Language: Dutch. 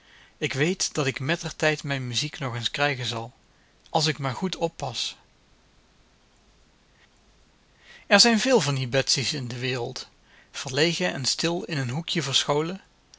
ik weet dat ik mettertijd mijn muziek nog eens krijgen zal als ik maar goed oppas er zijn veel van die betsy's in de wereld verlegen en stil in een hoekje verscholen